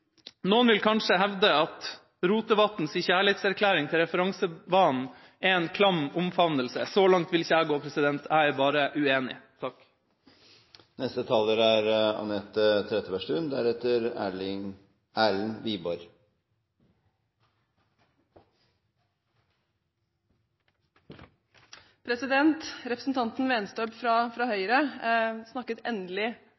Noen vil kanskje hevde at Rotevatns kjærlighetserklæring til referansebanen er en klam omfavnelse. Så langt vil ikke jeg gå – jeg er bare uenig.